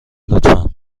لطفا